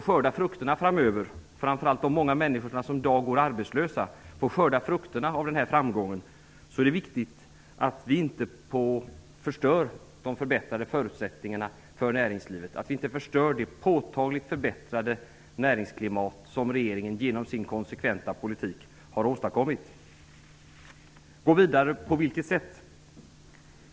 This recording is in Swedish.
Skall vi framöver på allvar få skörda frukterna av den här framgången -- framför allt gäller det de många människor som i dag går arbetslösa -- är det viktigt att vi inte förstör de förbättrade förutsättningarna för näringslivet, att vi inte förstör det påtagligt förbättrade näringsklimat som regeringen genom sin konsekventa politik har åstadkommit. Det gäller att gå vidare, men på vilket sätt?